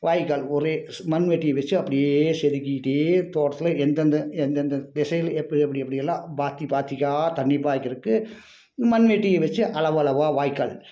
வாய்க்கால் ஒரே மண் வெட்டி வச்சு அப்படியே ஒரு செதுக்கிட்டே தோட்டத்தில் எந்தெந்த எந்தெந்த திசையில் எப்படி எப்படி எப்படிலாம் பாத்தி பாத்திக்கா தண்ணி பாய்க்கிறதுக்கு மண் வெட்டியை வச்சு அளவளவாக வாய்க்கால்